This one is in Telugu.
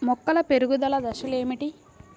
మొక్కల పెరుగుదల దశలు ఏమిటి?